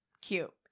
cute